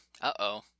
uh-oh